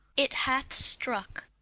it hath strooke